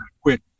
quick